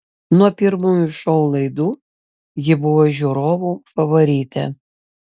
nuo pirmųjų šou laidų ji buvo žiūrovų favoritė